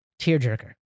tearjerker